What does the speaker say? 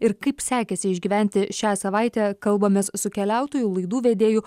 ir kaip sekėsi išgyventi šią savaitę kalbamės su keliautoju laidų vedėju